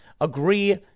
agree